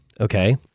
okay